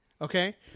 Okay